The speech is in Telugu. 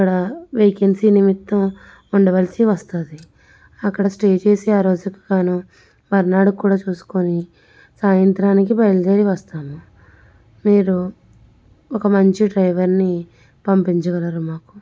అక్కడ వేకెన్సీ నిమిత్తం ఉండవలసి వస్తుంది అక్కడ స్టే చేసి ఆ రోజుకు కాను మరునాడు కూడా చూసుకొని సాయంత్రానికి బయలుదేరి వస్తాము మీరు ఒక మంచి డ్రైవర్ని పంపించగలరు మాకు